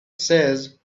says